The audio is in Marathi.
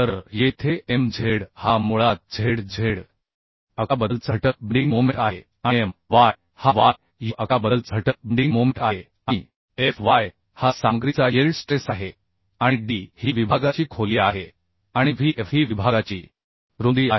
तर येथे mz हा मुळात ZZ अक्षाबद्दलचा घटक बेंडिंग मोमेंट आहे आणि my हा YU अक्षाबद्दलचा घटक बेंडिंग मोमेंट आहे आणि Fy हा सामग्रीचा यिल्ड स्ट्रेस आहे आणि d ही विभागाची खोली आहे आणि Vf ही विभागाची रुंदी आहे